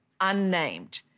unnamed